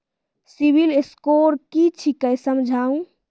Civil score कि छियै समझाऊ?